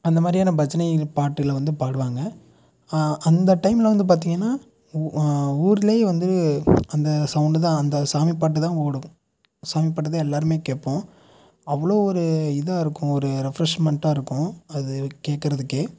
அந்தமாதிரியான பஜனை பாட்டுகளை வந்து பாடுவாங்க அந்த டைமில் வந்து பார்த்தீங்கன்னா ஊர்லேயே வந்து அந்த சௌண்டு தான் அந்த சாமி பாட்டுதான் ஓடும் சாமி பாட்டுதான் எல்லாரும் கேட்போம் அவ்ளோ ஒரு இதாக இருக்கும் ஒரு ரெஃப்ரெஷ்மெண்ட்டாக இருக்கும் அது கேட்கறதுக்கே